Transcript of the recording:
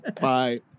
Bye